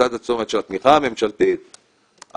הצד של התמיכה הממשלתית,